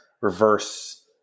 reverse